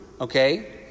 okay